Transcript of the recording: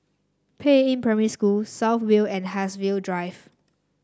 Peiying Primary School South View and Haigsville Drive